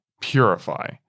purify